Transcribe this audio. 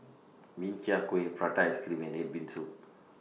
Min Chiang Kueh Prata Ice Cream and Red Bean Soup